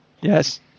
Yes